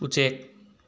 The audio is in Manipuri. ꯎꯆꯦꯛ